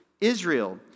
Israel